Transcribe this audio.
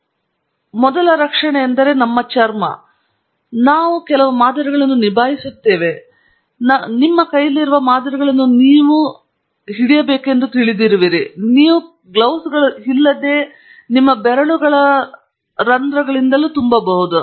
ನಮ್ಮ ಮೊದಲ ರಕ್ಷಣೆಯೆಂದರೆ ನಮ್ಮ ಚರ್ಮ ಮತ್ತು ನೀವು ಮಾದರಿಗಳನ್ನು ನಿಭಾಯಿಸುತ್ತಿದ್ದೀರಾ ಎಂದು ನೀವು ತಿಳಿದಿರುವಿರಿ ನಿಮ್ಮ ಕೈಯಲ್ಲಿರುವ ಮಾದರಿಗಳನ್ನು ನೀವು ಹಾಕಬೇಕೆಂದು ನೀವು ತಿಳಿದಿರುವಿರಿ ನಂತರ ನೀವು ಕೈಗವಸುಗಳನ್ನು ಹೊಂದಿಲ್ಲದಿದ್ದರೆ ನಿಮ್ಮ ಬೆರಳುಗಳ ರಂಧ್ರಗಳನ್ನು ತುಂಬಬಹುದು